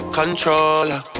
controller